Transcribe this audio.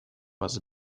was